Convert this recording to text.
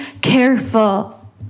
careful